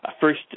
first